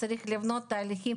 אז צריך לבנות תהליכים.